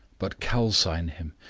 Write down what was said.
but calcine him,